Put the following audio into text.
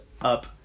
up